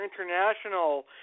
International